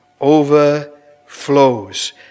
overflows